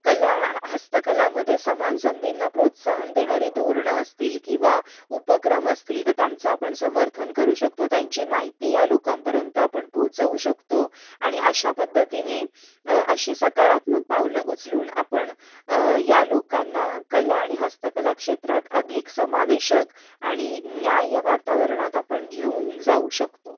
कला हस्तकलामध्ये समान संधींना प्रोत्साहन देणारी धोरणं असतील किंवा उपक्रम असतील तर त्यांचं आपण समर्थन करू शकतो त्यांची माहिती या लोकांपर्यंत आपण पोचवू शकतो आणि अशा पद्धतीने अशी सकारात्मक पावलं उचलून आपण या लोकांना कला आणि हस्तकला क्षेत्रात अधिक समावेशक आणि न्याय वातावरणात आपण घेऊन जाऊ शकतो